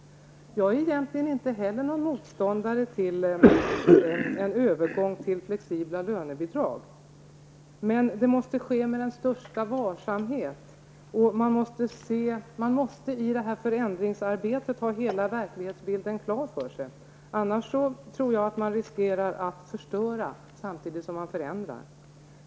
Jag är egentligen inte heller någon motståndare till en övergång till flexibla lönebidrag. Men det måste ske med största varsamhet. Man måste i detta förändringsarbete ha hela verklighetsbilden klar för sig, annars tror jag att man riskerar att förstöra samtidigt som man förändrar.